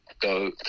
go